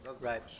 Right